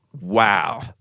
wow